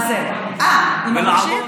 אה, עם המכשיר.